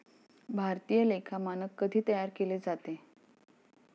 भारतीय लेखा मानक कधी तयार केले जाते?